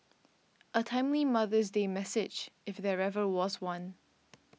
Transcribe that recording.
a timely Mother's Day message if there ever was one